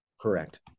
Correct